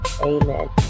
Amen